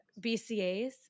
BCAs